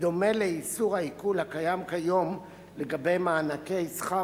בדומה לאיסור העיקול הקיים כיום לגבי מענקי שכר